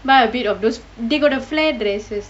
buy a bit of those they got the flare dresses